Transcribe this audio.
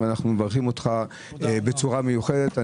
אנחנו מברכים אותך בצורה מיוחדת.